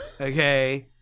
okay